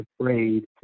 afraid